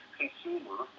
consumer